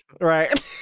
right